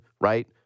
right